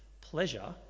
pleasure